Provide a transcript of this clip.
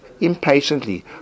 impatiently